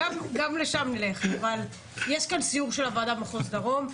יש כאן סיור של הוועדה במחוז דרום.